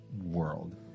world